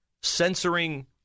censoring